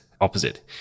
opposite